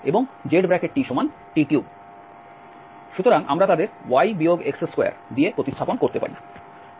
সুতরাং আমরা তাদের y x2 প্রতিস্থাপন করতে পারি